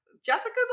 Jessica's